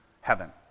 heaven